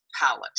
palette